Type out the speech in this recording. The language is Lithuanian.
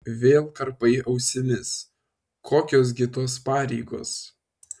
vėl karpai ausimis kokios gi tos pareigos